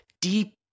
deep